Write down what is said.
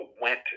went